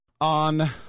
On